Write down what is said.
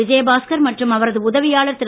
விஜயபாஸ்கர் மற்றும் அவரது உதவியாளர் திரு